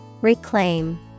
Reclaim